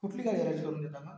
कुठली गाडी अरेंज करून देता मग